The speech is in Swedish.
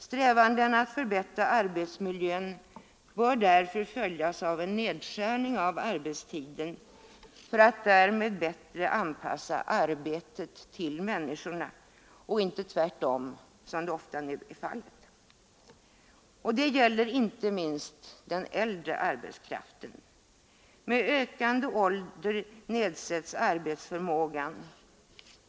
Strävandena att förbättra arbetsmiljön bör därför följas av en nedskärning av arbetstiden för att därmed bättre anpassa arbetet till människorna och inte tvärtom som ofta nu är fallet. Detta gäller inte minst den äldre arbetskraften. Med ökande ålder nedsätts arbetsförmågan.